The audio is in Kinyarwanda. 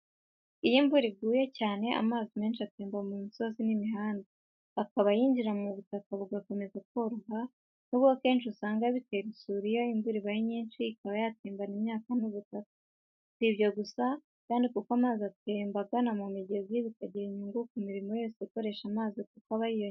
Iyo imvura iguye cyane, amazi menshi atemba ku misozi n’imihanda, hakaba ayinjira mu butaka bugakomeza koroha. Nubwo kenshi usanga bitera isuri iyo imvura ibaye nyinshi ikaba yatembana imyaka n’ubutaka. Si ibyo gusa kandi kuko amazi atemba abana mu migezi bikagira inyungu ku mirimo yose ikoresha amazi kuko aba yiyongereye.